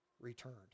returned